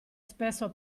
spesso